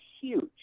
huge